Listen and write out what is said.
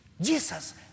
Jesus